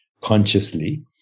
consciously